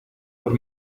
por